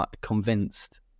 convinced